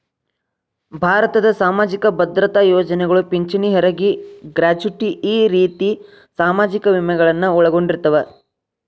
ಭಾರತದ್ ಸಾಮಾಜಿಕ ಭದ್ರತಾ ಯೋಜನೆಗಳು ಪಿಂಚಣಿ ಹೆರಗಿ ಗ್ರಾಚುಟಿ ಈ ರೇತಿ ಸಾಮಾಜಿಕ ವಿಮೆಗಳನ್ನು ಒಳಗೊಂಡಿರ್ತವ